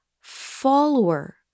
follower